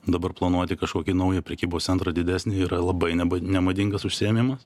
dabar planuoti kažkokį naują prekybos centrą didesnį yra labai nemadingas užsiėmimas